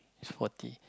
is forty